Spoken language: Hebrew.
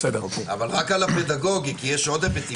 אבל רק על הפדגוגי, כי יש עוד היבטים.